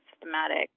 systematic